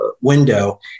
window